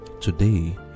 Today